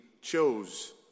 chose